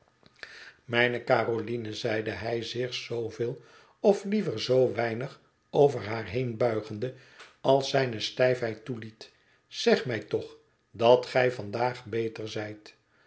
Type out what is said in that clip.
mijne caroline zeide hij zich zooveel of liever zoo weinig over haar heen buigende als zijne stijfheid toeliet zeg mij toch dat gij vandaag beter zijt